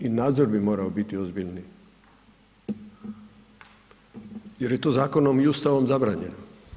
I nadzor bi morao biti ozbiljniji jer je to zakonom i Ustavom zabranjeno.